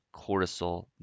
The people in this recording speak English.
cortisol